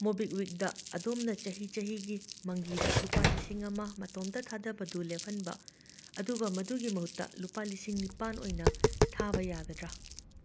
ꯃꯣꯕꯤꯛꯋꯤꯛꯗ ꯑꯗꯣꯝꯅ ꯆꯍꯤ ꯆꯍꯤꯒꯤ ꯃꯪꯒꯤꯗ ꯂꯨꯄꯥ ꯂꯤꯁꯤꯡ ꯑꯃ ꯃꯇꯣꯝꯇ ꯊꯥꯗꯕꯗꯨ ꯂꯦꯞꯍꯟꯕ ꯑꯗꯨꯒ ꯃꯗꯨꯒꯤ ꯃꯍꯨꯠꯇ ꯂꯨꯄꯥ ꯂꯤꯁꯤꯡ ꯅꯤꯄꯥꯟ ꯑꯣꯏꯅ ꯊꯥꯕ ꯌꯥꯒꯗ꯭ꯔꯥ